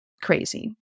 Crazy